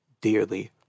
dearly